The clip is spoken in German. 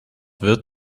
wird